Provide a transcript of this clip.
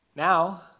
Now